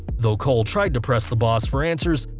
though cole tried to press the boss for answers,